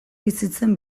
bizitzen